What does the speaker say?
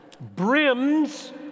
brims